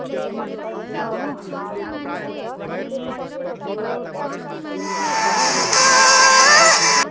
के हो के हो भयो अब हामी अर्को गाडी बुक गर्ने भनेको घरबाट पनि कराएको कराएकै छ